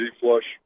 flush